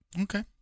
Okay